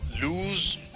lose